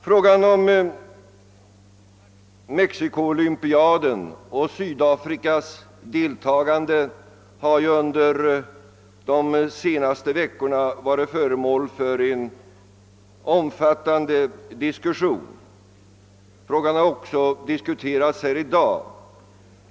Frågan om Mexico-olympiaden och Sydafrikas deltagande har under de senaste veckorna varit föremål för en omfattande diskussion. Frågan har också diskuterats här i dag.